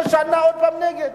עוד פעם נגד?